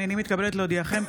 הינני מתכבדת להודיעכם,